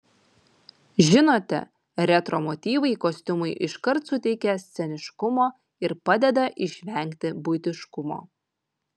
žinote retro motyvai kostiumui iškart suteikia sceniškumo ir padeda išvengti buitiškumo